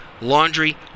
laundry